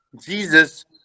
Jesus